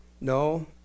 no